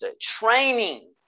Training